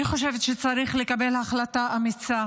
אני חושבת שצריך לקבל החלטה אמיצה